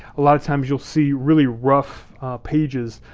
a lot of times you'll see really rough pages,